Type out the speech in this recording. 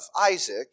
Isaac